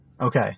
okay